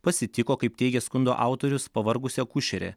pasitiko kaip teigė skundo autorius pavargusi akušerė